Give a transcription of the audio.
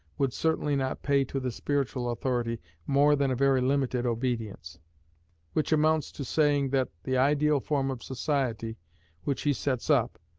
would certainly not pay to the spiritual authority more than a very limited obedience which amounts to saying that the ideal form of society which he sets up,